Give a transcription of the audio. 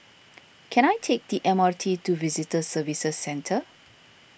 can I take the M R T to Visitor Services Centre